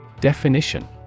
Definition